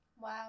Wow